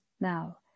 now